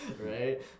right